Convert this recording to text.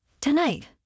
Tonight